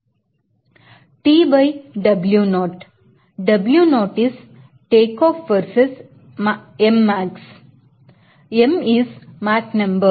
TWo Wo is takeoff it verses max M M is ಸಂಖ್ಯೆ